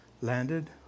landed